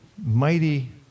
mighty